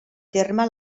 terme